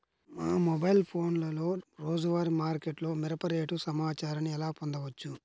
మా మొబైల్ ఫోన్లలో రోజువారీ మార్కెట్లో మిరప రేటు సమాచారాన్ని ఎలా పొందవచ్చు?